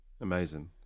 amazing